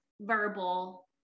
verbal